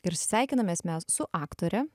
ir sveikinamės mes su aktore